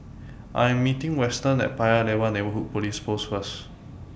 I Am meeting Weston At Paya Lebar Neighbourhood Police Post First